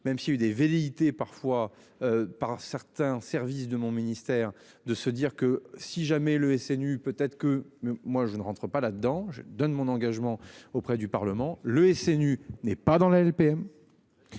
même s'il y a eu des velléités parfois par certains services de mon ministère, de se dire que si jamais le SNU peut-être que moi je ne rentre pas là dedans, je donne mon engagement auprès du Parlement. Le SNU n'est pas dans la LPM.